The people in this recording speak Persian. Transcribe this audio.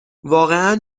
واقعن